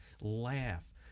laugh